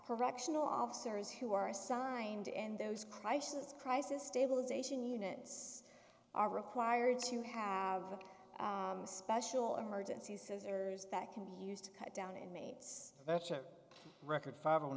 correctional officers who are assigned in those crisis crisis stabilization units are required to have special emergency scissors that can be used to cut down inmates that's a record five o